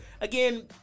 Again